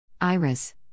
Iris